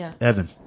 Evan